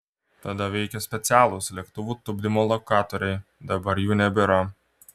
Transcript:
tada veikė specialūs lėktuvų tupdymo lokatoriai dabar jų nebėra